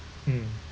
mm